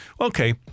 okay